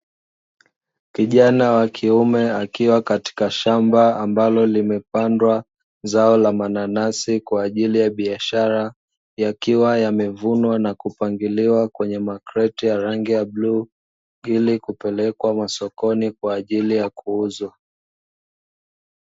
Kijana wa kiume akiwa katika shamba ambalo limepandwa zao aina ya mananasi kwa ajili ya biashara, yakiwa yamevunwa na kupangiliwa kwenye maktreti ya rangi ya bluu ili kupelekwa masokoni kwa ajili ya kuuzwa.